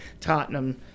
Tottenham